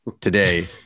today